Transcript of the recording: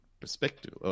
perspective